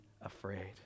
afraid